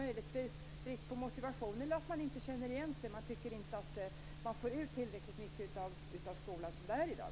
Möjligtvis kan det vara brist på motivation eller att man inte känner igen sig, inte tycker att man får ut tillräckligt mycket av skolan som det är i dag.